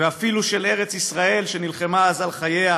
ואפילו של ארץ-ישראל, שנלחמה אז על חייה